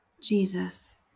Jesus